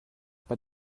pas